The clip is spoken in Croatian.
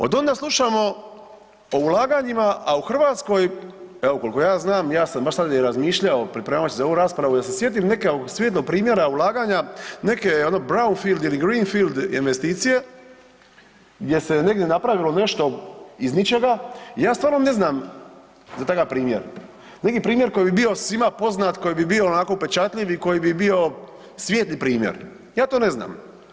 Od onda slušamo o ulaganja, a u Hrvatskoj evo koliko ja znam, ja sam baš sad i razmišljao pripremajući se za ovu raspravu da se sjedim nekog svijetlog primjera ulaganja neke ono brownfield ili greefield investicije gdje se negdje napravilo nešto iz ničega i ja stvarno ne znam za takav primjer, neki primjer koji bi bio svima poznat koji bi bio onako upečatljiv i koji bi bio svijetli primjer, ja to ne znam.